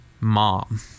mom